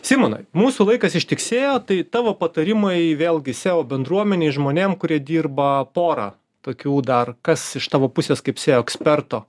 simonai mūsų laikas ištiksėjo tai tavo patarimai vėlgi seo bendruomenei žmonėm kurie dirba porą tokių dar kas iš tavo pusės kaip seo eksperto